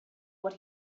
what